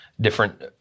different